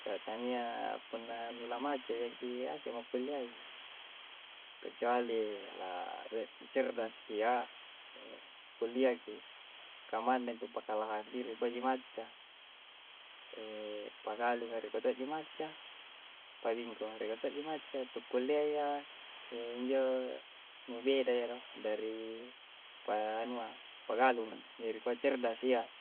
Ka tania punna lu na macca jaki, aki'mo kulliai. Kecuali, a rie' cerdas ki yya, e kullia ki. Ka manna intu pakalahaki, rikua ji macca. pagalung rikua to'ji macca. Pabingkunga rikua to'ji macca. Tu kulliayya iyya, injo nu bedayya do. Dari pa anua, pagalunga. Injo rikua cerdas iyya.